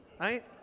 right